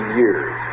years